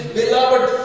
beloved